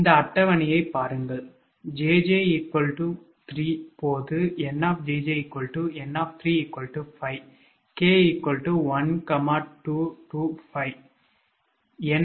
இந்த அட்டவணையைப் பாருங்கள் 𝑗𝑗 3 போது 𝑁 𝑗𝑗 𝑁 5 𝑘 12